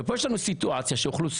ופה יש לנו סיטואציה, שאוכלוסייה